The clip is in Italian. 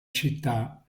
città